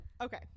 Okay